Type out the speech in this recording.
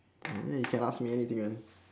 no you can ask me anything you want